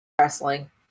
wrestling